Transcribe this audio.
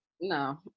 No